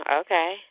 okay